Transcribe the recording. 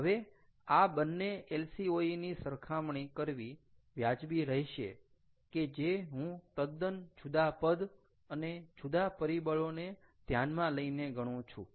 હવે આ બંને LCOE ની સરખામણી કરવી વ્યાજબી રહેશે કે જે હું તદ્દન જુદા પદ અને જુદા પરિબળોને ધ્યાનમાં લઈને ગણું છું